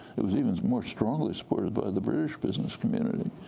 it was even more strongly supported by the british business community.